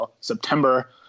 September